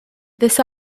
this